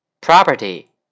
property